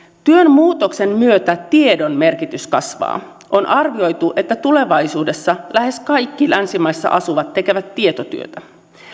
työn muutoksen myötä tiedon merkitys kasvaa on arvioitu että tulevaisuudessa lähes kaikki länsimaissa asuvat tekevät tietotyötä